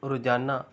ਰੋਜ਼ਾਨਾ